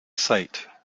sight